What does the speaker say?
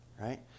right